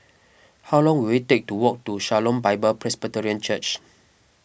how long will it take to walk to Shalom Bible Presbyterian Church